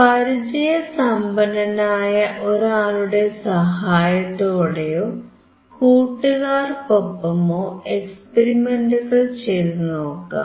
പരിചയസമ്പന്നനായ ഒരാളുടെ സഹായത്തോടെയോ കൂട്ടുകാർക്കൊപ്പമോ എക്സ്പെരിമെന്റുകൾ ചെയ്തുനോക്കാം